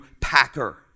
Packer